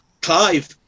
Clive